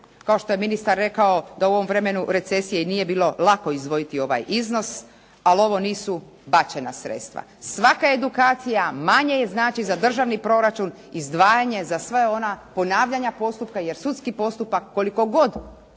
Kao što je ministar rekao da u ovom vremenu recesije i nije bilo lako izdvojiti ovaj iznos, ali ovo nisu bačena sredstva. Svaka edukacija manje znači za državni proračun, izdvajanje za sve ona ponavljanja postupka jer sudski postupak koliko god